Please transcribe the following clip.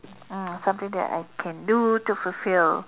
mm something that I can do to fulfill